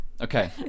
okay